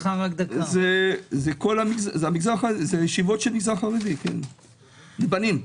זה ישיבות של המגזר החרדי, בנים,